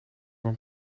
van